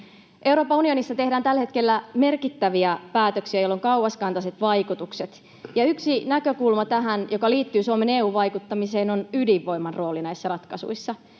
Euroopan unionissa tehdään tällä hetkellä merkittäviä päätöksiä, joilla on kauaskantoiset vaikutukset. Yksi näkökulma tähän, joka liittyy Suomen EU-vaikuttamiseen, on ydinvoiman rooli näissä ratkaisuissa.